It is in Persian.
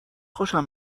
خوشم